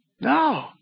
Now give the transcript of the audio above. No